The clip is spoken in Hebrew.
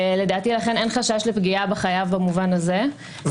לדעתי לכן אין חשש לפגיעה בחייב במובן הזה,